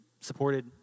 supported